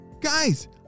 Guys